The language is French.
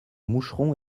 moucheron